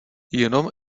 jenom